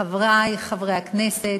חברי חברי הכנסת,